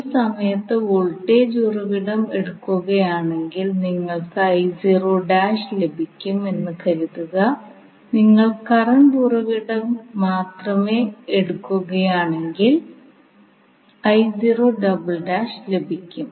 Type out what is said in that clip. ഒരു സമയത്ത് വോൾട്ടേജ് ഉറവിടം എടുക്കുകയാണെങ്കിൽ നിങ്ങൾക്ക് ലഭിക്കും എന്ന് കരുതുക നിങ്ങൾ കറണ്ട് ഉറവിടം മാത്രമേ എടുക്കുകയാണെങ്കിൽ ലഭിക്കും